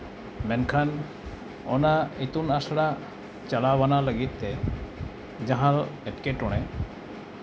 ᱢᱮᱱᱠᱷᱟᱱ ᱚᱱᱟ ᱤᱛᱩᱱ ᱟᱥᱲᱟ ᱪᱟᱞᱟᱣ ᱵᱟᱱᱟᱣ ᱞᱟᱹᱜᱤᱫ ᱛᱮ ᱡᱟᱦᱟᱸ ᱮᱴᱠᱮᱴᱚᱬᱮ